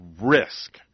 risk